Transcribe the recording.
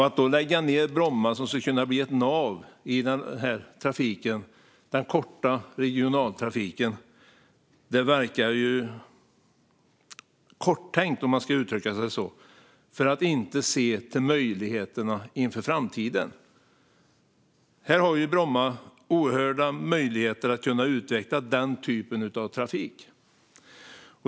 Att då lägga ned Bromma, som skulle kunna bli ett nav i den korta regionaltrafiken, verkar korttänkt, om man ska uttrycka sig så. Det är att inte se till möjligheterna inför framtiden. Bromma har oerhört stora möjligheter att utveckla den typen av trafik.